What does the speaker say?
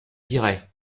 diray